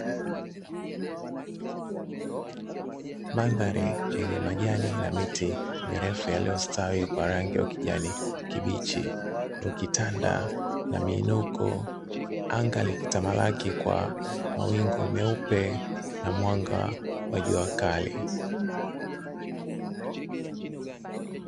Mandhari yenye majani na miti mirefu yaliyostawi kwa rangi ya ukijani kibichi ukitanda na miinuko, anga likitamalaki kwa mawingu meupe na mwanga wa jua kali.